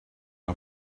are